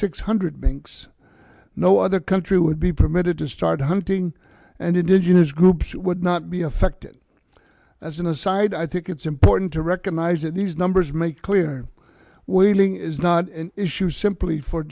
six hundred banks no other country would be permitted to start hunting and indigenous groups would not be affected as an aside i think it's important to recognize that these numbers make clear whaling is not an issue simply for